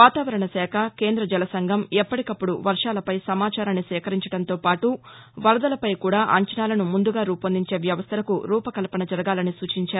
వాతావరణశాఖ కేంద్ర జల సంఘం ఎప్పటికప్పుడు వర్షాలపై సమాచారాన్ని సేకరించడంతోపాటు వరదలపై కూడా అంచనాలను ముందుగా రూపొందించే వ్యవస్థలకు రూపకల్పన జరగాలని సూచించారు